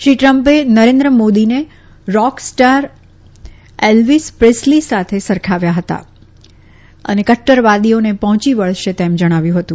શ્રી દ્રમ્પે નરેન્દ્ર મોદીને rockstar Elvis Presley સાથે સરખાવ્યા હતા અને કટૃર વાદીઓને પહોંચી વળશે તેમ જણાવ્યું હતું